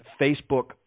Facebook